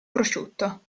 prosciutto